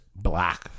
black